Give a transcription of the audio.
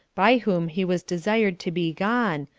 by whom he was desired to be gone,